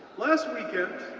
last weekend,